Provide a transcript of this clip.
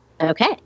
okay